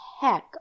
heck